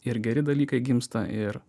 ir geri dalykai gimsta ir